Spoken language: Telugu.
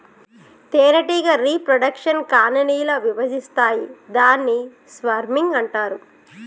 తేనెటీగ రీప్రొడెక్షన్ కాలనీ ల విభజిస్తాయి దాన్ని స్వర్మింగ్ అంటారు